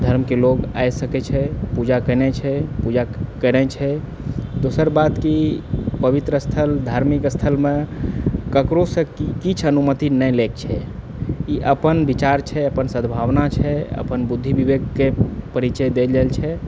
धर्मके लोग आबि सकै छै पूजा केने छै पूजा करै छै दोसर बात की पवित्र स्थल धार्मिक स्थलमे ककरोसँ किछु अनुमति नहि लैके छै ई अपन विचार छै अपन सद्भावना छै अपन बुद्धि विवेकके परिचय दै लेल छै